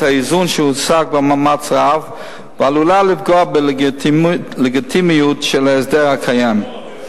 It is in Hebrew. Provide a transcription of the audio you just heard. האיזון שהושג במאמץ רב ועלולה לפגוע בלגיטימיות של ההסדר הקיים.